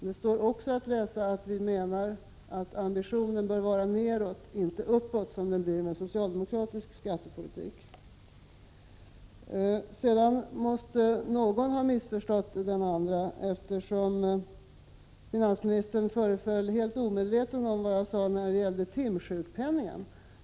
Det står också att läsa att vi menar att ambitionen bör vara att det skall gå nedåt, inte uppåt — som det blir med socialdemokratisk skattepolitik. Sedan måste någon ha missförstått den andre, eftersom finansministern föreföll helt omedveten om vad jag sade när det gällde timsjukpenningen.